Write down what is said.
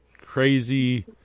crazy